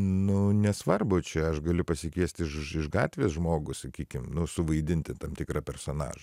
nu nesvarbu čia aš galiu pasikviesti iš iš gatvės žmogų sakykim nu suvaidinti tam tikrą personažą